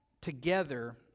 together